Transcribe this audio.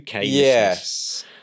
Yes